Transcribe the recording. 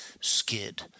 skid